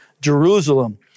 Jerusalem